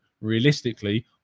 realistically